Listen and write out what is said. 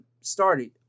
started